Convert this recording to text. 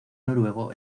noruego